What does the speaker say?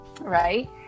right